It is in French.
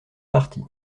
partie